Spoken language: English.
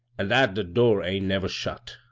an' hat the door ain't never shut.